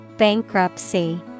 Bankruptcy